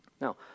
Now